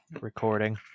recording